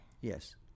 Yes